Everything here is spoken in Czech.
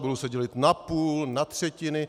Budou se dělit na půl, na třetiny.